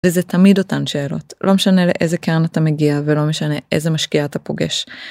זה תמיד אותן שאלות לא משנה לאיזה קרן אתה מגיע ולא משנה איזה משקיע אתה פוגש.